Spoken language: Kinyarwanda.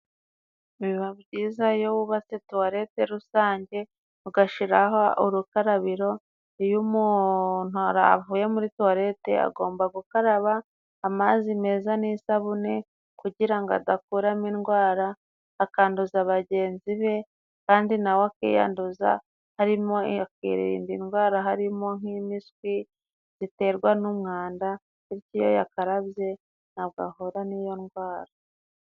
Biba byiza iyo wubatse tuwarete rusange ugashiraho urukarabiro. Iyo umuntu avuye muri tuwarete agomba gukaraba amazi meza n'isabune, kugira ngo adakuramo indwara akanduza bagenzi be, kandi nawe akiyanduza arimo akirinda indwara harimo nk'impiswi ziterwa n'umwanda, bityo iyo yakarabye ntabwo ahura n'iyo ndwara.